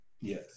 Yes